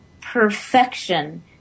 perfection